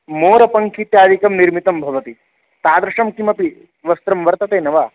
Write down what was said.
मोरपङ्ख् इत्यादिकं निर्मितं भवति तादृशं किमपि वस्त्रं वर्तते न वा